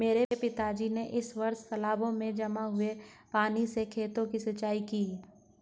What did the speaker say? मेरे पिताजी ने इस वर्ष तालाबों में जमा हुए पानी से खेतों की सिंचाई की